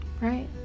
right